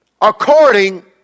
according